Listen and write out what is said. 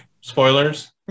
spoilers